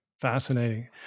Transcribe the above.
Fascinating